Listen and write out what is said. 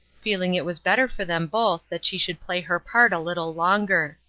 feeling it was better for them both that she should play her part a little longer.